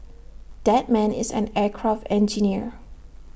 that man is an aircraft engineer